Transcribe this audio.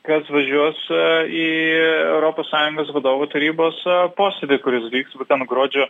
kas važiuos į europos sąjungos vadovų tarybos posėdį kuris vyks būtent gruodžio